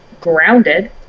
grounded